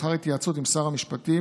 לאחר התייעצות עם שר המשפטים,